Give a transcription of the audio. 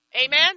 Amen